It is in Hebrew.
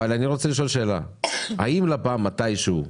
אבל אני רוצה לשאול שאלה: האם לפ"מ מתישהו,